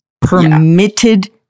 permitted